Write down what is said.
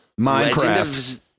Minecraft